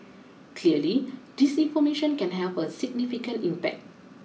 clearly disinformation can have a significant impact